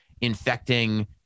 infecting